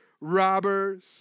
robbers